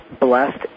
blessed